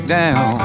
down